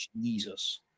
Jesus